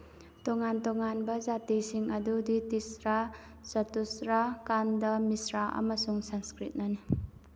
ꯇꯣꯉꯥꯟ ꯇꯣꯉꯥꯟꯕ ꯖꯥꯇꯤꯁꯤꯡ ꯑꯗꯨꯗꯤ ꯇꯤꯁꯔꯥ ꯆꯇꯨꯁꯔꯥ ꯀꯥꯟꯗ ꯃꯤꯁꯔꯥ ꯑꯃꯁꯨꯡ ꯁꯪꯁꯀ꯭ꯔꯤꯠꯅꯤ